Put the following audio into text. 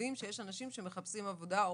מדברים כאן על מכסה ועל ייבוא.